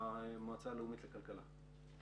המועצה הלאומית לכלכלה.